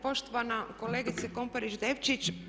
Poštovana kolegice Komparić Devčić.